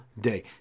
day